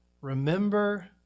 Remember